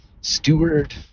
steward